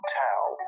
tell